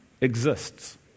exists